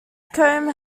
comb